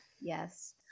Yes